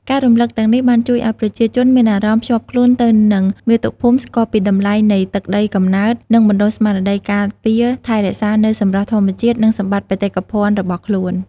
ការរំលឹកទាំងនេះបានជួយឲ្យប្រជាជនមានអារម្មណ៍ភ្ជាប់ខ្លួនទៅនឹងមាតុភូមិ ស្គាល់ពីតម្លៃនៃទឹកដីកំណើត និងបណ្ដុះស្មារតីការពារថែរក្សានូវសម្រស់ធម្មជាតិ និងសម្បត្តិបេតិកភណ្ឌរបស់ខ្លួន។